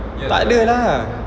tak ada lah